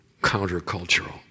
countercultural